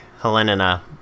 Helena